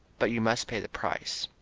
but you must pay the price.